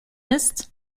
ist